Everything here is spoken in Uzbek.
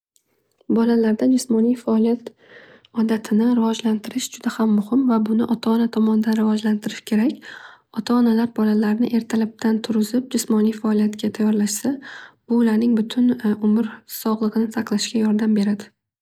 Bolalarda jismoniy faoliyat odatini rivojlantirish juda ham muhim va buni ota ona tomonidan rivojlantirish kerak. Ota onalar bolalarini ertalabdan turg'izib jismoniy faoliyatga tayyorlashsa bu ularni butun umr sog'ligini saqlashga yordam beradi.